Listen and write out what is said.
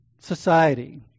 society